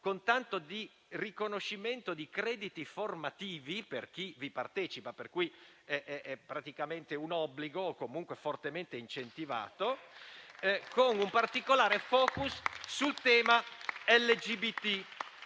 con tanto di riconoscimento di crediti formativi per chi vi partecipa, per cui è praticamente un obbligo o comunque un forte incentivo, con un particolare *focus* sul tema LGBT: